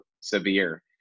severe